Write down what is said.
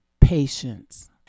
patience